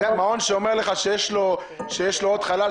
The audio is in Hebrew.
מעון שאומר לך שיש לו עוד חלל,